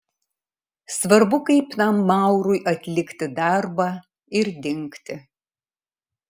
svarbu kaip tam maurui atlikti darbą ir dingti